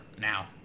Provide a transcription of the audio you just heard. now